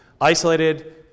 Isolated